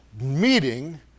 meeting